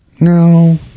no